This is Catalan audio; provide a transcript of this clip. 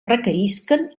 requerisquen